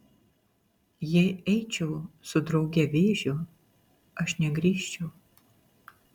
jei eičiau su drauge vėžiu aš negrįžčiau